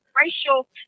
racial